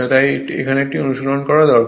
তাই একটু অনুশীলন করা দরকার